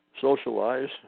socialize